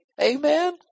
Amen